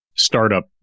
startup